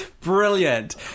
Brilliant